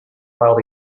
while